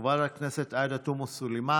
חברת הכנסת עאידה תומא סלימאן,